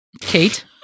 Kate